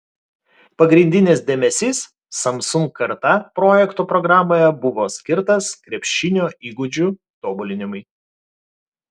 pagrindinis dėmesys samsung karta projekto programoje buvo skirtas krepšinio įgūdžių tobulinimui